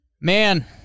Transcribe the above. Man